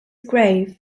grave